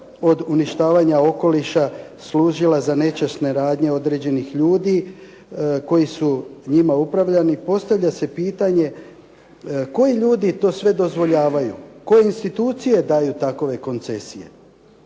od uništavanja okoliša služila za nečasne radnje određenih ljudi koji su njima upravljali, postavlja se pitanje koji ljudi to sve dozvoljavaju? Koje institucije daju takve koncesije?